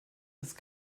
ist